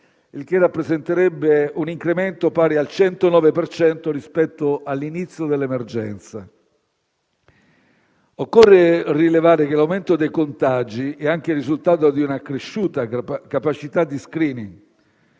il che rappresenterebbe un incremento pari al 109 per cento rispetto all'inizio dell'emergenza. Occorre rilevare che l'aumento dei contagi è anche il risultato di un'accresciuta capacità di *screening*: